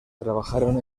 trabajaron